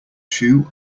shoe